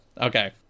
Okay